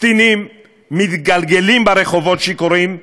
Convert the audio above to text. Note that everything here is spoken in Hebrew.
קטינים מתגלגלים ברחובות שיכורים.